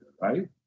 right